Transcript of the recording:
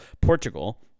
Portugal